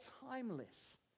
timeless